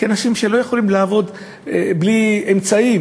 כי אנשים לא יכולים לעבוד בלי אמצעים,